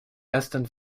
ersten